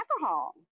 alcohol